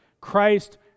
Christ